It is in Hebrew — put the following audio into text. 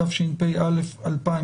התשפ"א-2020,